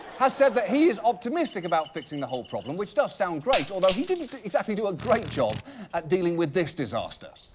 has said that he is optimistic about fixing the whole problem, which does sound great. although, he didn't exactly do a great job at dealing with this disaster.